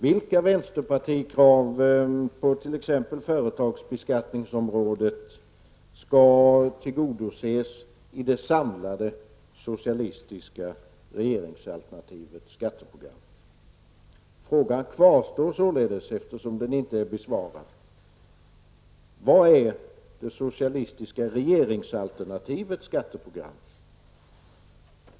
Vilka vänsterpartikrav på t.ex. företagsbeskattningsområdet skall tillgodoses i det samlade socialistiska regeringsalternativets skatteprogram? Frågan kvarstår, eftersom den inte är besvarad. Vad är det socialistiska regeringsalternativets skatteprogram?